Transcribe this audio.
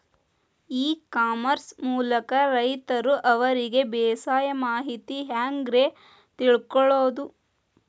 E commerce ಮೂಲಕ ರೈತರು ಅವರಿಗೆ ಬೇಕಾದ ಮಾಹಿತಿ ಹ್ಯಾಂಗ ರೇ ತಿಳ್ಕೊಳೋದು?